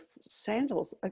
sandals